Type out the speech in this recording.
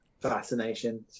fascination